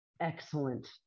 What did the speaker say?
excellent